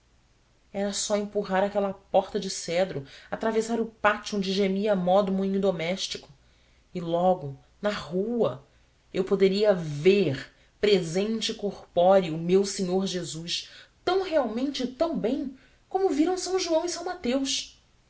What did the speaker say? era só empurrar aquela porta de cedro atravessar o pátio onde gemia a mó do moinho doméstico e logo na rua eu poderia ver presente e corpóreo o meu senhor jesus tão realmente e tão bem como o viram são joão e são mateus